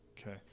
Okay